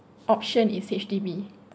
option is H_D_B